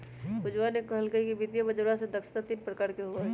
पूजवा ने कहल कई कि वित्तीय बजरवा में दक्षता तीन प्रकार के होबा हई